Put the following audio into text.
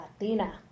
Latina